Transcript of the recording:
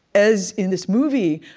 as, in this movie,